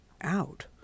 out